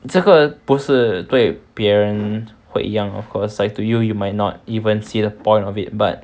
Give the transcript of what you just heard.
这个不是对别人会一样 it's like to you you might not even see the point of it but